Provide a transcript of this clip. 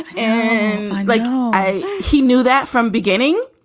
and like i he knew that from beginning.